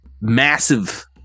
massive